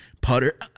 putter